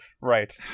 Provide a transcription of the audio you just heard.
right